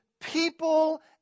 people